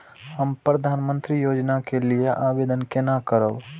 हम प्रधानमंत्री योजना के लिये आवेदन केना करब?